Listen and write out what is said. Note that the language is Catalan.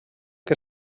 que